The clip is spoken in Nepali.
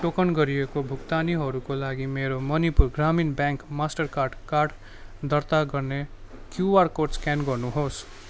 टोकन गरिएको भुक्तानीहरूको लागि मेरो मणिपुर ग्रामीण ब्याङ्क मास्टर कार्ड कार्ड दर्ता गर्ने क्युआर कोड स्क्यान गर्नु होस्